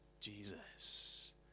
Jesus